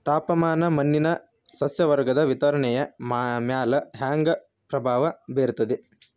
ತಾಪಮಾನ ಮಣ್ಣಿನ ಸಸ್ಯವರ್ಗದ ವಿತರಣೆಯ ಮ್ಯಾಲ ಹ್ಯಾಂಗ ಪ್ರಭಾವ ಬೇರ್ತದ್ರಿ?